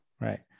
right